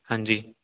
ਹਾਂਜੀ